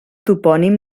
topònim